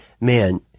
man